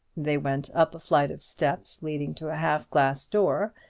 they went up a flight of steps leading to a half-glass door.